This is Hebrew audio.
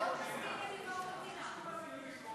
דב מסכים לביקורת המדינה.